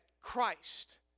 Christ